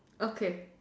okay